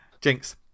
Jinx